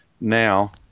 now